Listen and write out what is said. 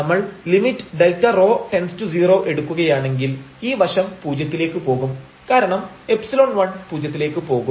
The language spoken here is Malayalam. നമ്മൾ ലിമിറ്റ് Δρ→0 എടുക്കുകയാണെങ്കിൽ ഈ വശം പൂജ്യത്തിലേക്ക് പോകും കാരണം ϵ1 പൂജ്യത്തിലേക്ക് പോകും